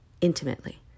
intimately